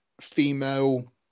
female